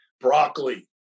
broccoli